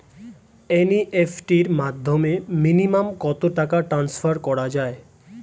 NEFT র মাধ্যমে minimum কত টাকা ট্রান্সফার করা যায়?